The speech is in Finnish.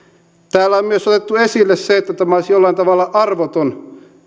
täällä on myös otettu esille se että tämä olisi jollain tavalla arvoton